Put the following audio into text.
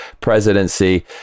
presidency